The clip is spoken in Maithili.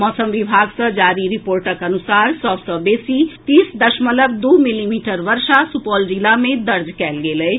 मौसम विभाग सँ जारी रिपोर्टक अनुसार सभ सँ बेसी तीस दशमलव दू मिलीमीटर वर्षा सुपौल जिला मे दर्ज कएल गेल अछि